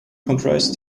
comprise